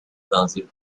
transit